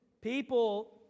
People